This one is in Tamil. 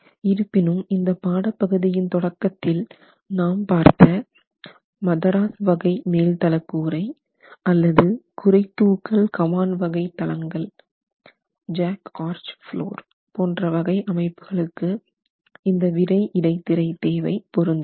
இருப்பினும் இந்த பாடப் பகுதியின் தொடக்கத்தில் நாம் பார்த்த மதராஸ் வகை மேல்தள கூரை அல்லது குறைதூக்கல் கமான் வகை தளங்கள் போன்ற வகை அமைப்புகளுக்கு இந்த விறை இடைத்திரை தேவை பொருந்தாது